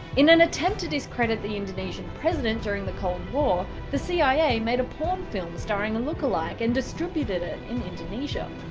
in an attempt to discredit the indonesian president during the cold war the cia made a porn film starring a look-like and distributed it in indonesia